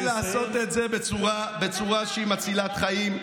כן לעשות את זה בצורה שהיא מצילת חיים.